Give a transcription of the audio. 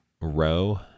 row